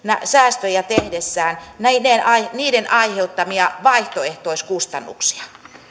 säästöjä tehdessään niiden aiheuttamia vaihtoehtoiskustannuksia